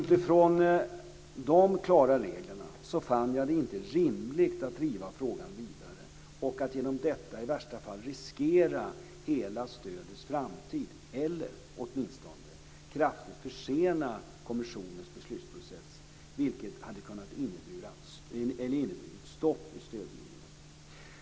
Utifrån de klara reglerna fann jag det inte rimligt att driva frågan vidare, och att genom detta i värsta fall riskera hela stödets framtid eller åtminstone kraftigt försena kommissionens beslutsprocess. Det hade kunnat innebära stopp i stödgivningen.